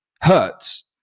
hurts